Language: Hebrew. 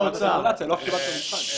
קיבלת סימולציה, לא קיבלת מבחן.